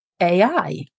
AI